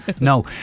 No